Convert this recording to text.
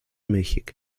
milchig